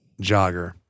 Jogger